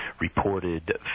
Reported